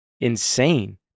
insane